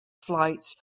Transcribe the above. flights